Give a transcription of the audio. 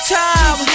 time